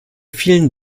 vielen